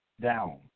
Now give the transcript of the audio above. down